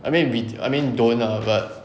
I mean we I mean don't ah but